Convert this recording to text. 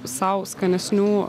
sau skanesnių